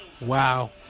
Wow